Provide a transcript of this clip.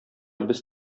без